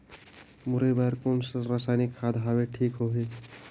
मुरई बार कोन सा रसायनिक खाद हवे ठीक होही?